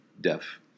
deaf